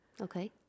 Okay